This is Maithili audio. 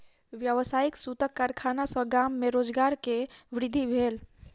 व्यावसायिक सूतक कारखाना सॅ गाम में रोजगार के वृद्धि भेल